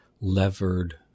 levered